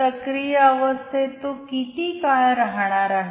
सक्रिय अवस्थेत तो किती काळ राहणार आहे